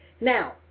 Now